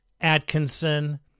Atkinson